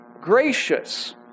gracious